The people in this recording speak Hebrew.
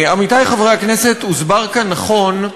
עמיתי חברי הכנסת, הוסבר כאן נכון,